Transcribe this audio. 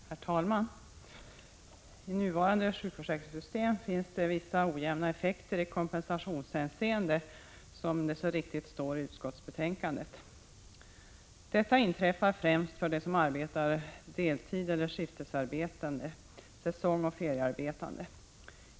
Herr talman! I nuvarande sjukförsäkringssystem finns det vissa ojämna effekter i kompensationshänseende, som det så riktigt står i utskottsbetänkandet. Detta inträffar främst för dem som arbetar deltid eller är skift-, säsongeller feriearbetande.